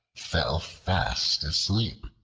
fell fast asleep.